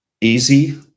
easy